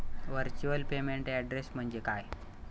Virtual payment address म्हणजे काय?